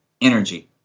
energy